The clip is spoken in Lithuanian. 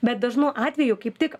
bet dažnu atveju kaip tik